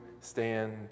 stand